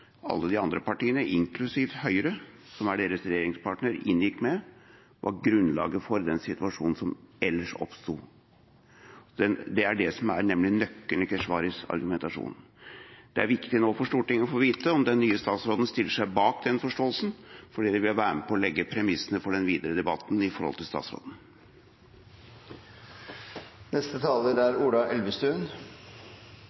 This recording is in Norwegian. alle de andre partiene, inklusiv Høyre, som er deres regjeringspartner, inngikk, var grunnlaget for den situasjonen som ellers oppsto? Det er det som er nøkkelen i Keshvaris argumentasjon. Det er viktig nå for Stortinget å få vite om den nye statsråden stiller seg bak den forståelsen, for det vil være med på å legge premissene for den videre debatten